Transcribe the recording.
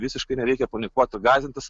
visiškai nereikia panikuoti ir gąsdintis